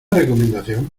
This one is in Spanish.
recomendación